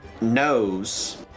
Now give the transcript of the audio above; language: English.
knows